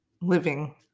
living